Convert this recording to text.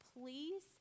please